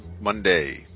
Monday